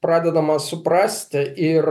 pradedama suprasti ir